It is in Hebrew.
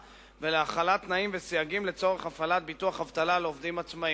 ולהחלת תנאים וסייגים לצורך הפעלת ביטוח אבטלה לעובדים עצמאים.